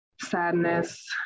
sadness